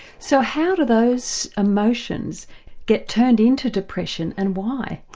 so how do those emotions get turned into depression and why?